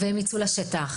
הם ייצאו לשטח.